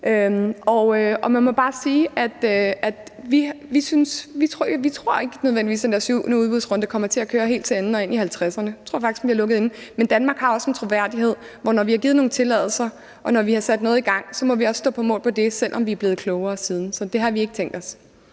at den der syvende udbudsrunde kommer til at køre helt til ende og ind i 2050'erne. Jeg tror faktisk, den bliver lukket inden. Men Danmark har også en troværdighed, og når vi har givet nogle tilladelser, og når vi har sat noget i gang, så må vi også stå på mål for det, selv om vi er blevet klogere siden. Så det har vi ikke tænkt os.